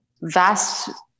vast